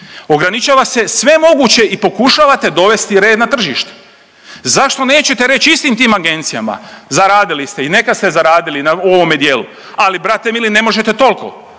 ograničava se sve moguće i pokušavate dovesti red na tržište, zašto nećete reći istim tim agencijama, zaradili ste i neka ste zaradili na ovome dijelu, ali brate mili, ne možete toliko,